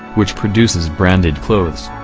which produces branded clothes,